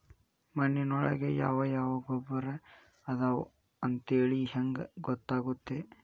ಮಣ್ಣಿನೊಳಗೆ ಯಾವ ಯಾವ ಗೊಬ್ಬರ ಅದಾವ ಅಂತೇಳಿ ಹೆಂಗ್ ಗೊತ್ತಾಗುತ್ತೆ?